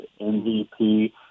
MVP